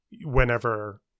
whenever